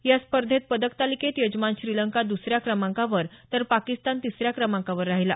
या स्पर्धेत पदकतालिकेत यजमान श्रीलंका दुसऱ्या क्रमांकावर तर पाकिस्तान तिसऱ्या क्रमांकावर राहिला